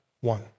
one